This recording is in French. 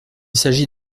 s’agit